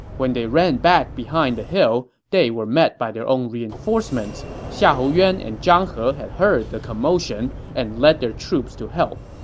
when they ran back behind the hill, they were met by their own reinforcements. xiahou yuan and zhang he had heard the commotion and led their troops to help.